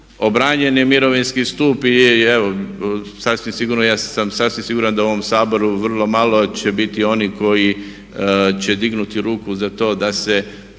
obranjen je mirovinski stup. I evo sasvim sigurno, ja sam sasvim siguran da u ovom Saboru vrlo malo će biti onih koji će dignuti ruku za to da se